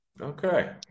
Okay